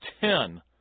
ten